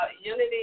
unity